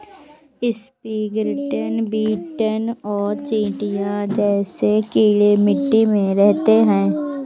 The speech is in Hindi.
स्प्रिंगटेल, बीटल और चींटियां जैसे कीड़े मिट्टी में रहते हैं